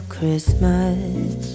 Christmas